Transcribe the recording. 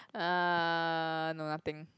uh no nothing